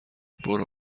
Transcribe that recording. برو